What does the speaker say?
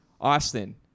Austin